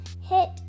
hit